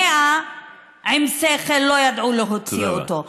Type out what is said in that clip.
מאה עם שכל לא ידעו להוציא אותו.